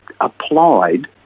applied